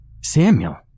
Samuel